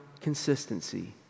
consistency